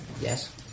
Yes